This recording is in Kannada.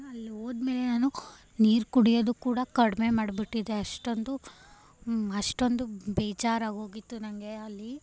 ಅಲ್ಲಿ ಹೋದ್ಮೇಲೆ ನಾನು ನೀರು ಕುಡಿಯೋದೂ ಕೂಡ ಕಡಿಮೆ ಮಾಡಿಬಿಟ್ಟಿದ್ದೆ ಅಷ್ಟೊಂದು ಅಷ್ಟೊಂದು ಬೇಜಾರಾಗೋಗಿತ್ತು ನನಗೆ ಅಲ್ಲಿ